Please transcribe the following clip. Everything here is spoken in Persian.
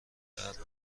درد